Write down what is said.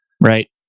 Right